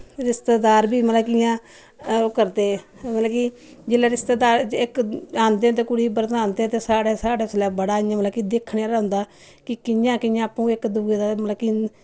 रिश्तेदार बी मतलब कि इ'यां ओह् करदे मतलब कि जेल्लै रिश्तेदार इक औंदे न ते कुड़ी ही बरदांह्दे ते साढ़ै साढ़ै उसलै बड़ा इ'यां मतलब कि दिक्खने आह्ला होंदा कि कि'यां कि'यां आपूं इक दूए दा मतलब कि